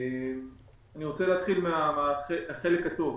אני רוצה להתחיל מהחלק הטוב.